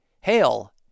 Hail